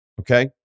Okay